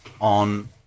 on